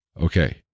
Okay